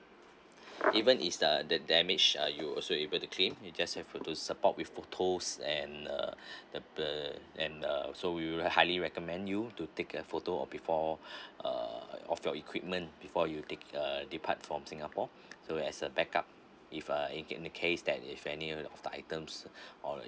even is the the damage uh you'll also able to claim you just have to support with posts and uh the and uh so we will highly recommend you to take a photo of before uh of your equipment before you take uh depart from singapore so as a backup if uh in any case that if any of the items or